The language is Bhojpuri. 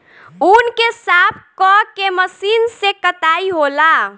ऊँन के साफ क के मशीन से कताई होला